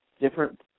different